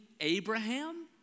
Abraham